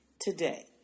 today